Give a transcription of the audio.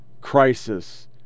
crisis